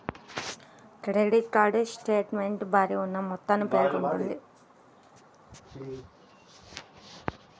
credit card statement బాకీ ఉన్న మొత్తాన్ని పేర్కొంటుంది